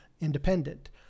independent